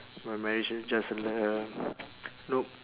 but marriage is just like a nope